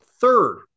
third